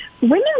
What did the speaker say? women